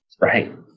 Right